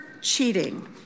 cheating